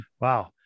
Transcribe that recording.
wow